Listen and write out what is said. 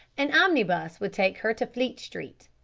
an omnibus would take her to fleet street,